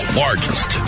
largest